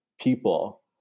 people